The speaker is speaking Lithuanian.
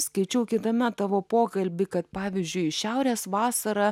skaičiau kitame tavo pokalbį kad pavyzdžiui į šiaurės vasarą